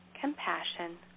compassion